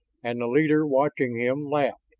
and the leader, watching him, laughed.